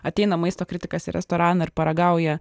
ateina maisto kritikas į restoraną ir paragauja